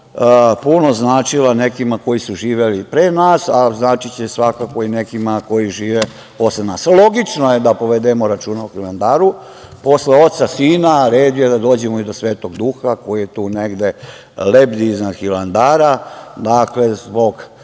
puno značila nekima koji su živeli pre nas, ali značiće svakako i nekima koji žive posle nas. Logično je da povedemo računa o Hilandaru. Posle Oca, Sina, red je da dođemo i do Svetog duha koji tu negde lebdi iznad Hilandara. Dakle, zbog